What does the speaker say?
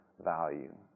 value